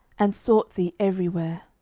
and sought thee everywhere.